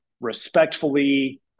respectfully